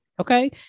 okay